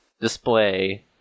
display